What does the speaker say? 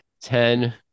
ten